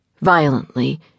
violently